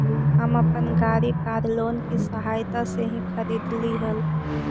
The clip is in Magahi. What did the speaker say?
हम अपन गाड़ी कार लोन की सहायता से ही खरीदली हल